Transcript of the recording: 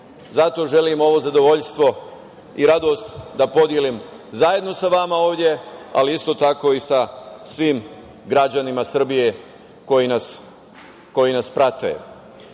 zato želim ovo zadovoljstvo i radost da podelim zajedno sa vama ovde, ali isto tako i sa svim građanima Srbije koji nas prate.